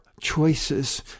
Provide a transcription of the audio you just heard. choices